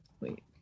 wait